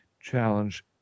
challenge